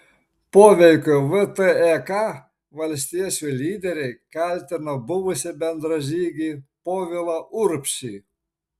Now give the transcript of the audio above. poveikiu vtek valstiečių lyderiai kaltina buvusį bendražygį povilą urbšį